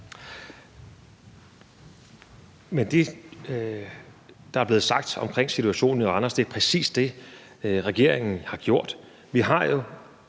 Det, der er blevet sagt om situationen i Randers, er præcis det, regeringen har gjort.